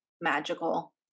magical